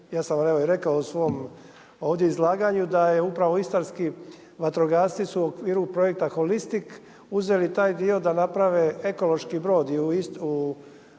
ja sam rekao u svom izlaganju da su upravo Istarski vatrogasci su u okviru Projekta „Holistic“ uzeli taj dio da naprave ekološki brod